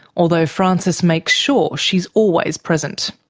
although francis makes sure she is always present.